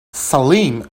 salim